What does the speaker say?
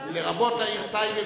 לרבות העיר טייבה.